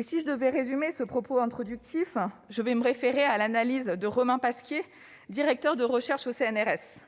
Si je devais résumer la situation, je citerais l'analyse de Romain Pasquier, directeur de recherche au CNRS :